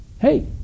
Hey